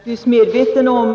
Fru talman!